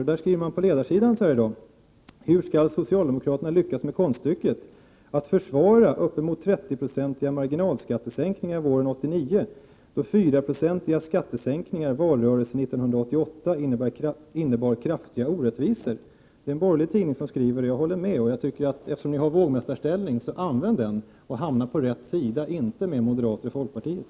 Man skriver så här på ledarsidan i dag: ”Hur skall socialdemokraterna lyckas med konststycket att försvara uppemot 30-procentiga marginalskattesänkningar våren 1989, då fyraprocentiga skattesänkningar valrörelsen 1988 innebar kraftiga orättvisor?” Det är en borgerlig tidning som skriver detta, och jag håller med. Jag tycker att eftersom ni socialdemokrater har en vågmästarställning så skall ni utnyttja den och hamna på rätt sida — inte tillsammans med moderaterna och folkpartiet.